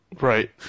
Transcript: Right